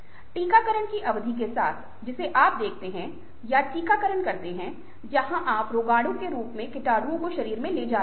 टीकाकरण की अवधारणा के साथ जिसे आप देखते हैं या टीकाकरण करते हैं जहां आप रोगाणु के रूप में कीटाणुओं को शरीर में ला रहे हैं